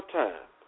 time